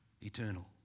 Eternal